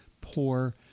poor